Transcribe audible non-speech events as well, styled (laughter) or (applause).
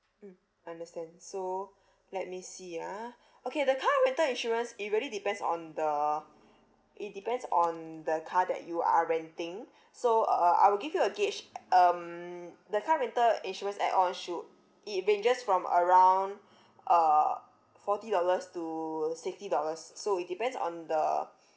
mm understand so (breath) let me see ah (breath) okay the car rental insurance it really depends on the it depends on the car that you are renting (breath) so uh I will give you a gauge um the car rental insurance add-on should it ranges from around (breath) uh forty dollars to sixty dollars so it depends on the (breath)